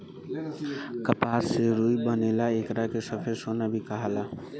कपास से रुई बनेला एकरा के सफ़ेद सोना भी कहाला